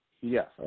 Yes